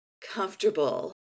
comfortable